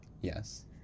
Yes